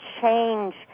change